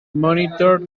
monitor